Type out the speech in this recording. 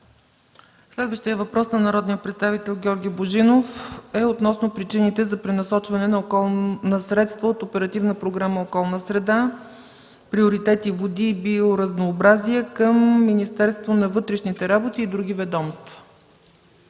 Следващият въпрос на народния представител Георги Божинов е относно причините за пренасочване на средства от Оперативна програма „Околна среда”, приоритети – „Води” и „Биоразнообразие”, към Министерството на вътрешните работи и други ведомства.